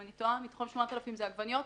אני טועה מתוכם 8,000 זה עגבניות.